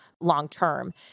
long-term